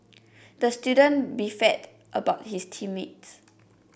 the student about his team mates